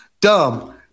dumb